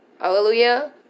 Hallelujah